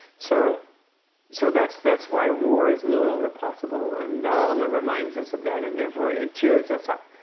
so so that's that's why war is no longer possible. and dalai lama reminds us of that. and therefore, it cheers us up.